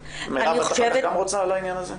מרב, את רוצה אחר כך גם לעניין הזה?